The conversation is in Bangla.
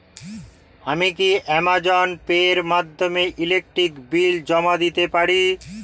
আমি কি অ্যামাজন পে এর মাধ্যমে ইলেকট্রিক বিল জমা দিতে পারি?